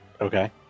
Okay